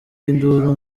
induru